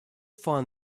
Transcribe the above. find